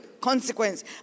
consequence